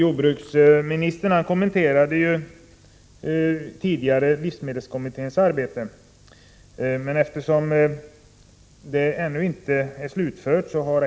Fru talman!